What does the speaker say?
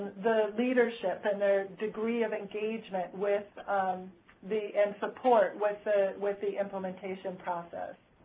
the leadership, and their degree of engagement with the and support with the with the implementation process.